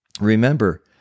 Remember